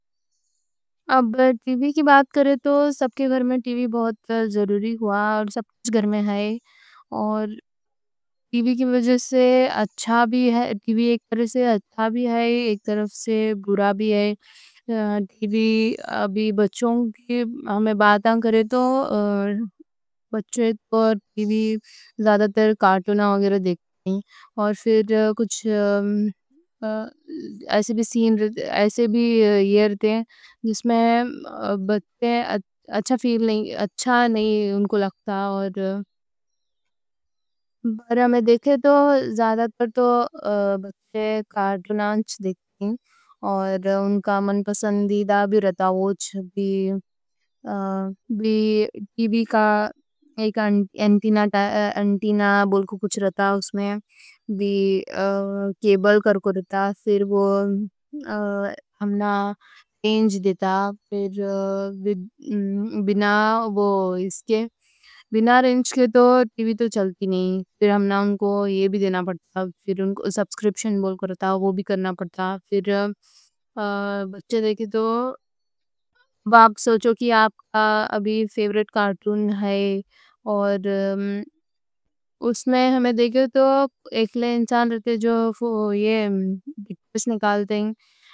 اب ٹی وی کی بات کرے تو سب کے گھر میں ٹی وی بہت ضروری ہوا۔ ٹی وی کی وجہ سے ایک طرف سے اچھا بھی ہے، ایک طرف سے برا بھی ہے۔ ٹی وی ابھی بچّوں کی ہمنا باتاں کرے تو زیادہ ٹائم تو کارٹوناں وغیرہ دیکھتے ہیں، اور پھر کچھ ایسے بھی سین رہتے جس میں بچّے اچھا فیل نہیں کرتے، اچھا نہیں ان کو لگتا اور دیکھے تو زیادہ ٹائم ان کا من پسندیدہ بھی رہتا ہوچ۔ بھی بھی ٹی وی کا ایک انٹینہ بول کو کچھ کیبل کر کرتا رہتا۔ رہتا ہے اس میں بنا رینج کے تو ٹی وی تو چلتی نہیں۔ نہیں تو ہمنا ان کو یہ بھی دینا پڑتا ہے، پھر ان کو سبسکرپشن۔ بول کو رہتا ہے، وہ بھی کرنا پڑتا ہے، پھر بچّے۔ دیکھیں تو آپ سوچو کہ آپ کا ابھی فیورٹ۔ کارٹون ہے اور اس میں ہمنا دیکھیں تو ایک لے انسان رکھے جو یہ بٹنز نکال دیں۔